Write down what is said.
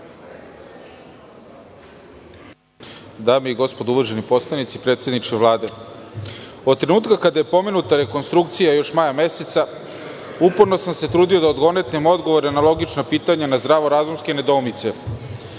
Dame i gospodo, uvaženi poslanici, predsedniče Vlade, od trenutka kada je pomenuta rekonstrukcija, još maja meseca, uporno sam se trudio da odgonetnem odgovore na logična pitanja na zdravo razumske nedoumice